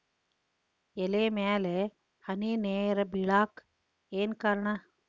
ಎಲೆ ಮ್ಯಾಲ್ ಹನಿ ನೇರ್ ಬಿಳಾಕ್ ಏನು ಕಾರಣ?